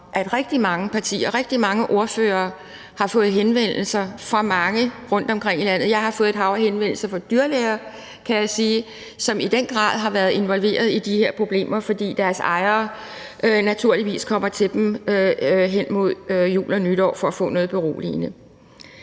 at rigtig mange partier, rigtig mange ordførere, har fået henvendelser fra mange rundtomkring i landet. Jeg har fået et hav af henvendelser fra dyrlæger, kan jeg sige, som i den grad har været involveret i de her problemer, fordi dyrenes ejere naturligvis kommer til dem hen mod jul og nytår for at få noget beroligende.